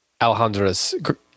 Alejandra's